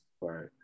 Right